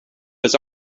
was